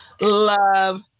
Love